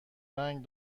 رنگ